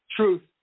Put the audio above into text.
Truth